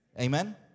Amen